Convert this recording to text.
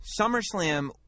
SummerSlam